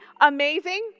amazing